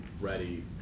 ready